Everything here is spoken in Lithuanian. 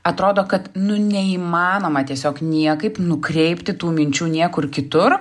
atrodo kad nu neįmanoma tiesiog niekaip nukreipti tų minčių niekur kitur